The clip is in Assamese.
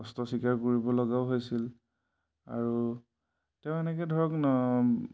কষ্ট স্বীকাৰ কৰিবলগাও হৈছিল আৰু তেওঁ এনেকৈ ধৰক